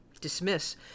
dismiss